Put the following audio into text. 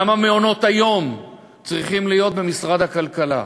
למה מעונות-היום צריכים להיות במשרד הכלכלה?